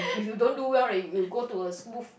if you don't do well right you will go to a smooth